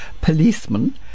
Policeman*